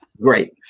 great